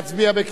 ובכן,